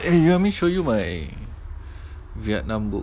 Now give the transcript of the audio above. eh you want me show you my vietnam book